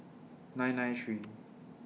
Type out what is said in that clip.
nine nine three